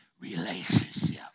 relationship